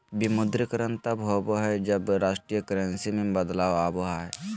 विमुद्रीकरण तब होबा हइ, जब राष्ट्रीय करेंसी में बदलाव आबा हइ